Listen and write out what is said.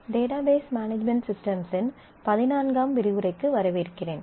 database management சிஸ்டம்ஸ்ன் பதினான்காம் விரிவுரைக்கு வரவேற்கிறேன்